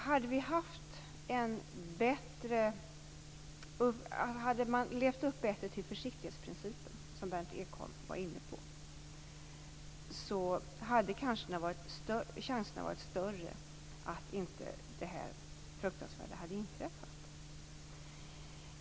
Hade man levt upp bättre till försiktighetsprincipen, som Berndt Ekholm var inne på, hade kanske chanserna varit större för att det här fruktansvärda inte hade inträffat.